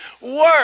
work